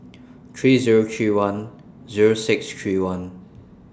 three Zero three one Zero six three one